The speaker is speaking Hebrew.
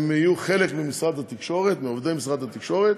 הם יהיו חלק ממשרד התקשורת, מעובדי משרד התקשורת,